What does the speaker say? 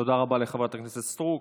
תודה רבה לחברת הכנסת סטרוק.